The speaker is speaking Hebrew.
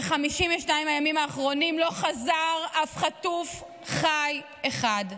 ב-52 הימים האחרונים לא חזר אף חטוף חי אחד,